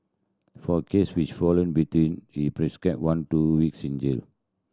for case which fall in between he prescribed one to weeks in jail